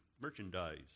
merchandise